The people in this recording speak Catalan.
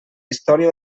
història